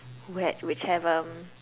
where which have um